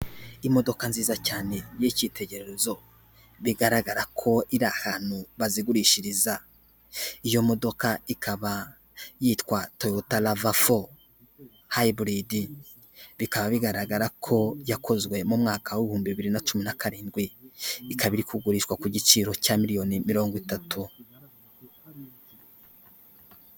Imodoka nziza cyane y'icyitegererezo bigaragara ko irahantu bazigurishiriza iyo modoka ikaba yitwa toyota lava fo hybrid bikaba bigaragara ko yakozwe mu mwaka w'ibihumbi bibiri nacumi na karindwi ikaba iri kugurishwa ku giciro cya miliyoni mirongo itatu.